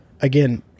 again